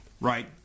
Right